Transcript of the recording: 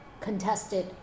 contested